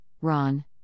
Ron